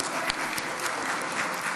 (מחיאות כפיים)